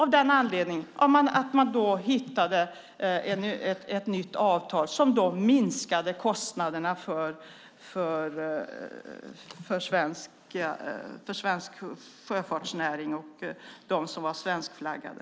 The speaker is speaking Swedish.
Man tog då fram ett nytt avtal som minskade kostnaderna för svensk sjöfartsnäring och för dem som var svenskflaggade.